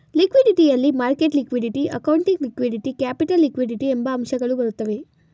liquidity ಯಲ್ಲಿ market liquidity, accounting liquidity, capital liquidity ಎಂಬ ಅಂಶಗಳು ಬರುತ್ತವೆ